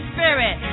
Spirit